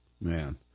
Man